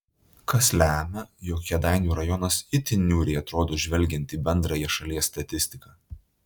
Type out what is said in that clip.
kas lemia jog kėdainių rajonas itin niūriai atrodo žvelgiant į bendrąją šalies statistiką